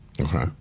Okay